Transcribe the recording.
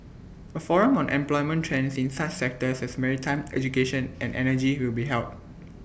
A forum on employment trends in such sectors as maritime education and energy will be held